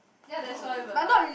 ya that's why will like